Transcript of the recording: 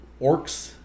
orcs